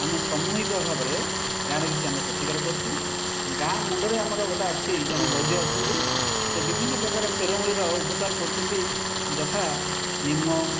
ଆମେ ସାମୁହିକ ଭାବରେ ଗାଁରେ କିଛି ଆମେ ପ୍ରତିକାର କରିଛୁ ଗାଁ ମୁଣ୍ଡରେ ଆମର ଗୋଟିଏ ଅଛି ଜଣେ ବୈଦ୍ୟ ଅଛନ୍ତି ସେ ବିଭିନ୍ନ ପ୍ରକାର ଚେରମୂଳିର ଉପଚାର କରୁଛନ୍ତି ଯଥା ନିମ୍ବ